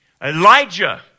Elijah